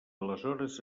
aleshores